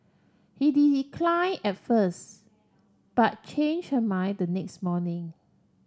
decline at first but change her mind the next morning